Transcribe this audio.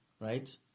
Right